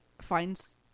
finds